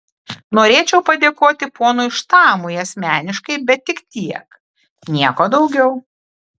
norėčiau padėkoti ponui štamui asmeniškai bet tik tiek nieko daugiau